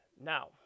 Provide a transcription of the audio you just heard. now